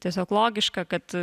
tiesiog logiška kad